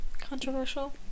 Controversial